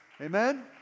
Amen